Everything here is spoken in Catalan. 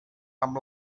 amb